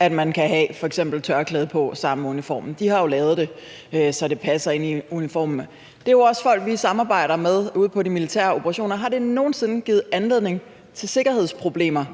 at man kan have f.eks. tørklæde på sammen med uniformen; de har jo lavet det, så det passer med uniformen. Det er jo også folk, vi samarbejder med ude i militære operationer, så jeg vil høre: Har det nogen sinde givet anledning til sikkerhedsproblemer,